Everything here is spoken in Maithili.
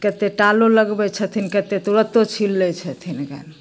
कतेक टालो लगबै छथिन कतेक तुरन्तो छीलि लै छथिन गे